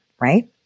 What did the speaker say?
right